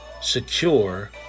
secure